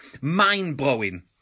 Mind-blowing